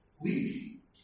Weak